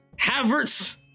Havertz